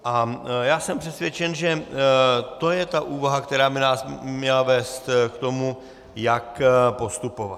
A jsem přesvědčen, že to je ta úvaha, která by nás měla vést k tomu, jak postupovat.